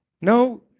No